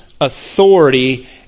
authority